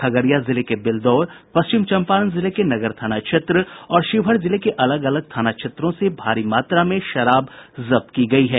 खगड़िया जिले के बेलदौर पश्चिम चंपारण जिले के नगर थाना क्षेत्र और शिवहर जिले के अलग अलग थाना क्षेत्रों से भारी मात्रा में शराब जब्त की गयी है